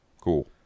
Cool